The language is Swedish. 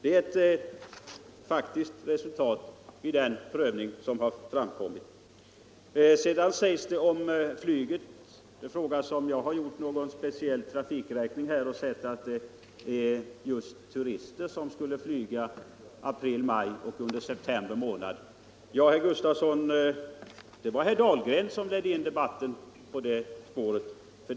Herr Gustafsson frågade om jag har gjort någon speciell trafikräkning och funnit att det är just turister som flyger under april, maj och september månader. Det var herr Dahlgren som ledde in debatten på det spåret, herr Gustafsson.